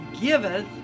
giveth